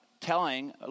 telling